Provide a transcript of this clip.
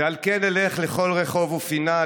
// ועל כן אלך לכל רחוב ופינה,